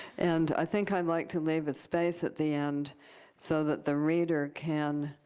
and i think i'd like to leave a space at the end so that the reader can.